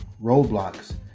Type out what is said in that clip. roadblocks